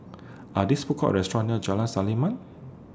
Are These Food Courts restaurants near Jalan Selimang